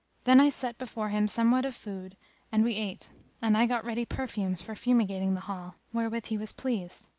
then i set before him somewhat of food and we ate and i got ready perfumes for fumigating the hall, wherewith he was pleased.